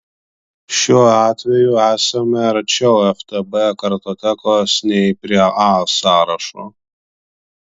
šiuo atveju esame arčiau ftb kartotekos nei prie a sąrašo